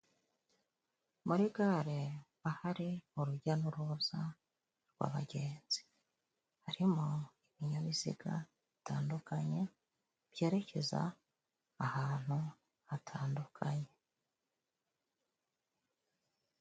Muri gare ahari urujya n'uruza rw'abagenzi. Harimo ibinyabiziga bitandukanye，byerekeza ahantu hatandukanye.